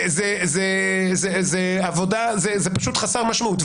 זה פשוט חסר משמעות.